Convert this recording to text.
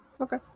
Okay